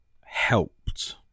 helped